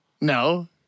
No